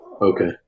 Okay